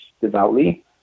devoutly